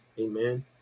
amen